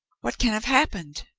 what can have happened?